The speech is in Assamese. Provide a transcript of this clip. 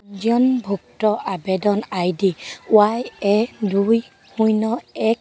পঞ্জীয়নভুক্ত আবেদন আইডি ৱাই এ দুই শূন্য এক